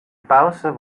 pauze